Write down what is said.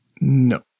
No